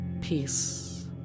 peace